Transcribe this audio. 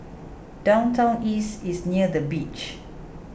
Downtown East is near the beach